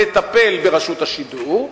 לטפל ברשות השידור.